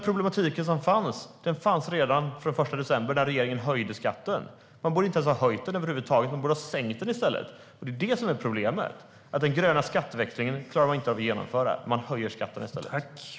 Problematiken fanns redan från den 1 december när regeringen höjde skatten. Man borde inte ha höjt den över huvud taget, man borde ha sänkt den i stället. Problemet är att man inte klarar av att genomföra den gröna skatteväxlingen, utan man höjer skatten i stället.